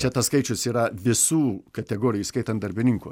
čia tas skaičius yra visų kategorijų įskaitant darbininkų